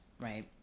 right